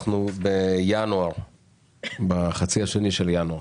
אנחנו בחצי השני של ינואר